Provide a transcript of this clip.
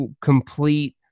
Complete